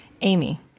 Amy